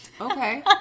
Okay